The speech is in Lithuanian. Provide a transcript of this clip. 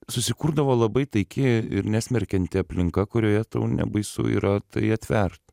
susikurdavo labai taiki ir nesmerkianti aplinka kurioje tau nebaisu yra tai atvert